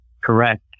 correct